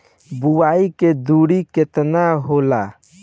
बुआई के दुरी केतना होला?